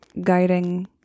guiding